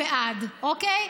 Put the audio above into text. הצביעה בעד, אוקיי?